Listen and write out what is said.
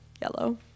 yellow